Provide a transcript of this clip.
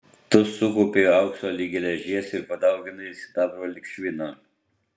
tu sukaupei aukso lyg geležies ir padauginai sidabro lyg švino